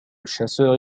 chasseur